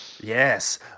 Yes